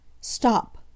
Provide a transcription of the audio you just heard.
Stop